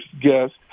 guest